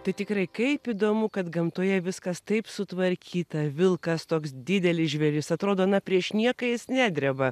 tai tikrai kaip įdomu kad gamtoje viskas taip sutvarkyta vilkas toks didelis žvėris atrodo na prieš nieką jis nedreba